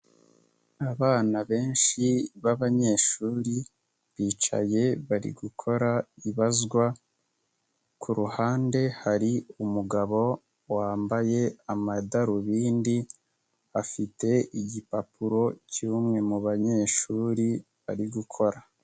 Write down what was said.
Abana benshi babanyeshuri bicaye bari gukora ibazwa, ku ruhande hari umugabo wambaye amadarubindi, afite igipapuro cy'umwe mu banyeshuri bari gukora.